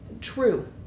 True